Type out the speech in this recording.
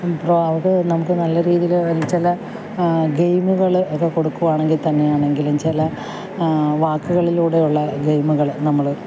pro അവക് നമുക്ക് നല്ല രീതിയിൽ അതിൽ ചില ഗെയിമുകൾ ഒക്കെ കൊടുക്കുവാണെങ്കിൽ തന്നെയാണെങ്കിലും ചില വാക്കുകളിലൂടെ ഉള്ള ഗെയിമുകൾ നമ്മൾ